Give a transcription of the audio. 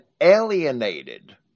alienated